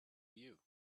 you